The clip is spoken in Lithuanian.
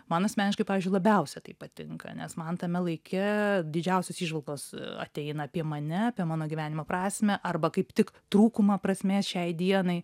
man asmeniškai pavyzdžiui labiausia tai patinka nes man tame laike didžiausios įžvalgos ateina apie mane apie mano gyvenimo prasmę arba kaip tik trūkumą prasmės šiai dienai